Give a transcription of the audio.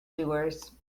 doers